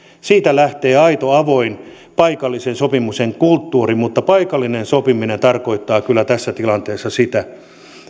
siitä lähtee aito avoin paikallisen sopimisen kulttuuri mutta paikallinen sopiminen tarkoittaa kyllä tässä tilanteessa sitä